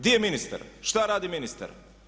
Di je ministar, šta radi ministar?